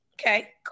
Okay